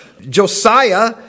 Josiah